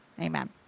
Amen